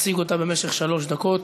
תציג אותה במשך שלוש דקות.